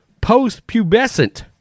post-pubescent